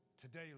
today